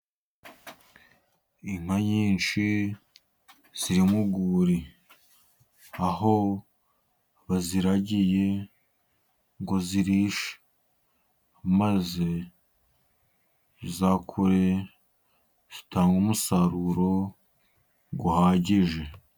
Inka nyinshi ziri mu rwuri, aho baziragiye ngo zirishe, maze zizakure, zitange umusaruro uhagije.